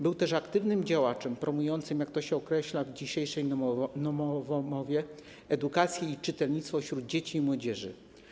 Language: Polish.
Był też aktywnym działaczem promującym, jak to się określa w dzisiejszej nowomowie, edukację i czytelnictwo dzieci i młodzieży.